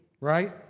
right